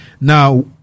Now